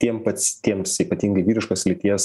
tiem pac tiems ypatingai vyriškos lyties